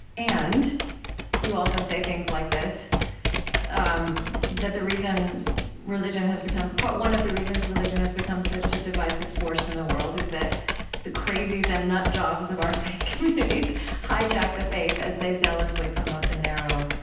and you also say things like this um that the reason religion has become but one of the reasons religion has become such a divisive force in the world is that the crazies and nut jobs of our faith communities hijack the faith as they zealously promote the narrow,